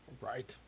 Right